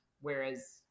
whereas